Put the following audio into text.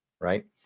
right